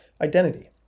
identity